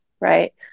Right